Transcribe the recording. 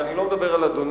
ואני לא מדבר על אדוני,